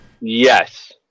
yes